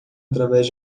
através